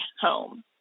home